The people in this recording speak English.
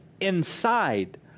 inside